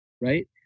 right